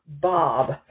Bob